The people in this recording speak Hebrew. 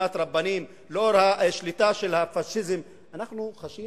מדינת רבנים, לאור השליטה של הפאשיזם, אנחנו חשים